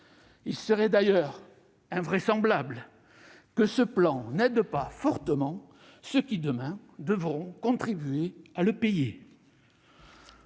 Il serait d'ailleurs invraisemblable que ce plan n'aide pas fortement ceux qui, demain, devront contribuer à le payer.